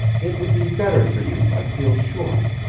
it would be better for you, i feel sure.